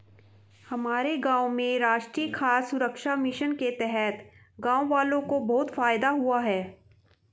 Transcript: हमारे गांव में राष्ट्रीय खाद्य सुरक्षा मिशन के तहत गांववालों को बहुत फायदा हुआ है